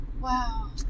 Wow